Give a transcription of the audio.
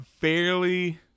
fairly